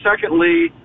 secondly